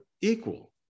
equal